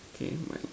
okay my